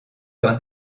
leur